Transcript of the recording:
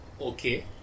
Okay